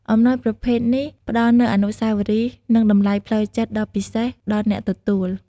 អំណោយប្រភេទនេះ ផ្ដល់នូវអនុស្សាវរីយ៍ និងតម្លៃផ្លូវចិត្តដ៏ពិសេសដល់អ្នកទទួល។